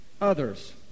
others